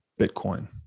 Bitcoin